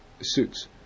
suits